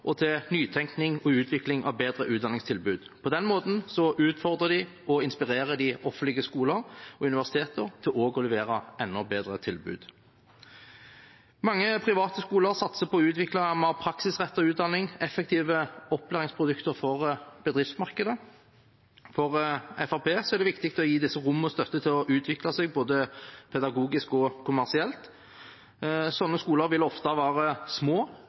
og til nytenkning og utvikling av bedre utdanningstilbud. På den måten utfordrer og inspirerer de offentlige skoler og universiteter til også å levere enda bedre tilbud. Mange private skoler satser på å utvikle mer praksisrettet utdanning og effektive opplæringsprodukter for bedriftsmarkedet. For Fremskrittspartiet er det viktig å gi disse rom og støtte til å utvikle seg både pedagogisk og kommersielt. Sånne skoler vil ofte være små.